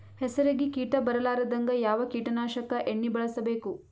ಹೆಸರಿಗಿ ಕೀಟ ಬರಲಾರದಂಗ ಯಾವ ಕೀಟನಾಶಕ ಎಣ್ಣಿಬಳಸಬೇಕು?